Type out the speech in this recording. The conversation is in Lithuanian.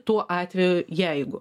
tuo atveju jeigu